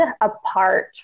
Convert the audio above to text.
apart